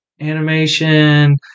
animation